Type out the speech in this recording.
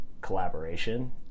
collaboration